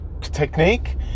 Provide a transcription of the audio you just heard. technique